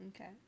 okay